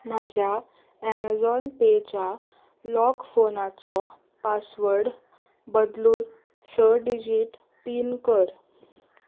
म्हज्या अमेझॉन पेच्या लॉक फोनाचो पासवर्ड बदलून स डिजिट पीन कर